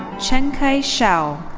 chenkai shao.